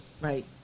Right